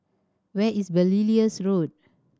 where is Belilios Road